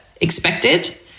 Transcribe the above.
expected